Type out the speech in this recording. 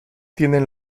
tienen